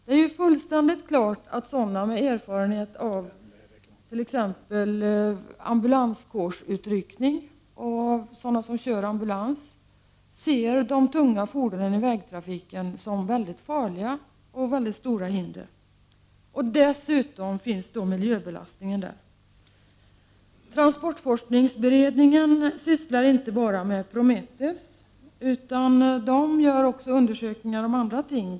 Det är fullständigt klart att t.ex. ambulansförare och andra med erfarenhet av ambulanskårsutryckning ser de tunga fordonen i vägtrafiken som mycket farliga och som mycket stora hinder. Dessutom utgör de en miljöbelastning. Transportforskningsberedningen arbetar inte bara med Prometheus, utan gör också andra undersökningar.